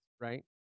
Right